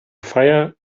fire